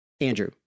Andrew